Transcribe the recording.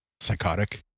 psychotic